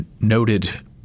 noted